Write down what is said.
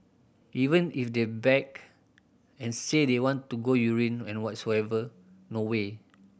even if they beg and say they want to go urine and whatsoever no way